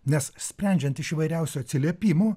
nes sprendžiant iš įvairiausių atsiliepimų